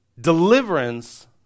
deliverance